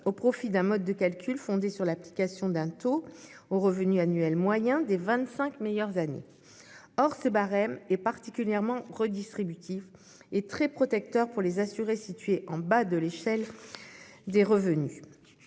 au profit d'un mode de calcul fondé sur l'application d'un taux au revenu annuel moyen des vingt-cinq meilleures années. Or ce barème est particulièrement redistributif et très protecteur pour les assurés situés en bas de l'échelle des revenus.